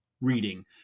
reading